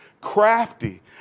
crafty